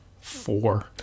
four